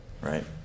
right